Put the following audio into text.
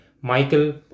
Michael